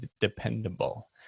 dependable